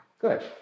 Good